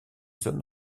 zones